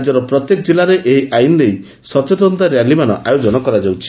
ରାଜ୍ୟର ପ୍ରତ୍ୟେକ ଜିଲ୍ଲାରେ ଏହି ଆଇନ୍ ନେଇ ସଚେତନତା ର୍ୟାଲିମାନ ଆୟୋଜନ କରାଯାଉଛି